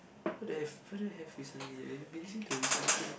what do I have what do I have recently I've been listening to Ri~ something